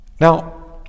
Now